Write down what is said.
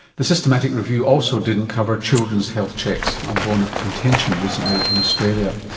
the systematic review also didn't cover children's health checks, a bone of contention recently in australia.